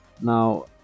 Now